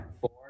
four